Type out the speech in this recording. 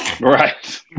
right